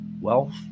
wealth